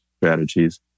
strategies